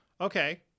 Okay